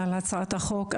על הצעת החוק.